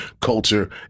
culture